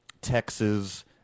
Texas